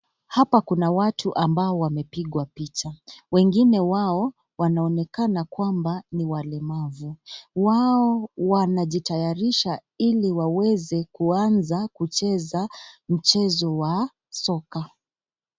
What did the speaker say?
Hapa kuna watu ambao wamepigwa picha. Wengine wao wanaonekana kwamba ni walemavu. Wao wanajitayarisha ili waweze kuanza kucheza mchezo wa soka.